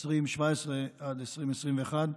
2017 עד 2021,